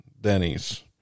Denny's